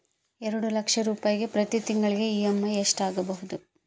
ಎರಡು ಲಕ್ಷ ರೂಪಾಯಿಗೆ ಪ್ರತಿ ತಿಂಗಳಿಗೆ ಇ.ಎಮ್.ಐ ಎಷ್ಟಾಗಬಹುದು?